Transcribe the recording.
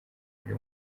muri